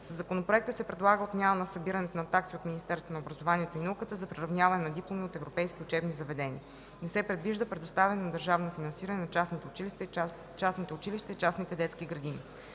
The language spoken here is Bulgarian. Със Законопроекта се предлага отмяна на събирането на такси от Министерство на образованието и науката за приравняване на дипломи от европейски учебни заведения. Не се предвижда предоставяне на държавно финансиране на частните училища и частните детски градини.